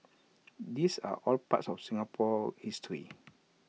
these are all part of Singapore's history